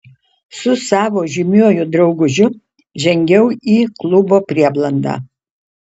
su savo žymiuoju draugužiu žengiau į klubo prieblandą